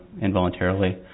involuntarily